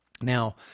Now